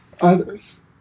others